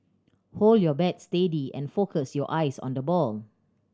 hold your bat steady and focus your eyes on the ball